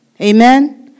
Amen